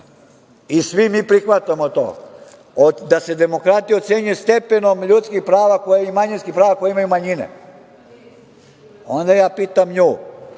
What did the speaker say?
i svi mi prihvatamo to da se demokratija ocenjuje stepenom ljudskih i manjinskih prava koje imaju manjine, onda ja pitam nju